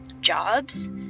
Jobs